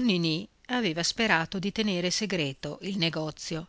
ninì aveva sperato di tenere segreto il negozio